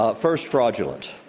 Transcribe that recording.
ah first, fraudulent.